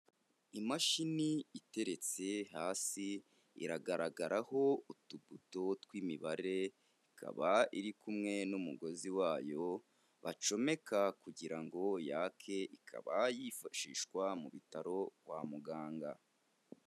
Imashini iteretse hasi iragaragaraho utubuto tw'imibare, ikaba iri kumwe n'umugozi wayo bacomeka kugira ngo yake, ikaba yifashishwa mu bitaro kwa muganga.